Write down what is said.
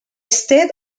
state